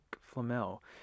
Flamel